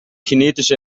kinetische